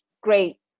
Great